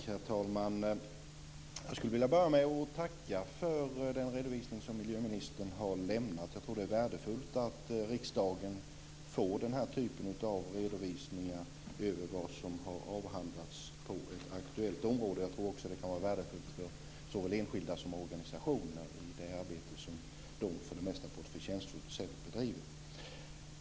Herr talman! Jag skulle vilja börja med att tacka för den redovisning som miljöministern har lämnat. Jag tror att det är värdefullt att riksdagen får den här typen av redovisningar av vad som har avhandlats på ett aktuellt område. Jag tror att det också kan vara värdefullt såväl för enskilda som för organisationer i det arbete som de för det mesta på ett förtjänstfullt sätt bedriver.